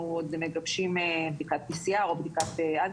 אנחנו מגבשים החלטה אם זו תהיה בדיקת pcr או בדיקת אנטיגן,